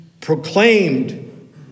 proclaimed